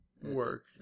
work